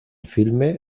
filme